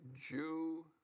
Jew